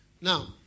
Now